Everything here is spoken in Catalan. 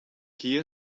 qui